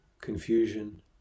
confusion